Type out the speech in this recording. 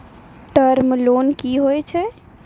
Term loan कि होय छै?